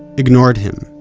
ignored him.